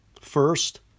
First